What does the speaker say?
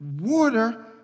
water